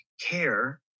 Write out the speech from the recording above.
care